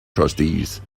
trustees